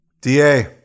DA